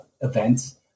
events